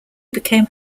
became